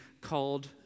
called